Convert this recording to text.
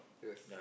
yes